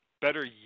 better